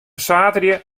saterdei